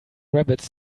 rabbits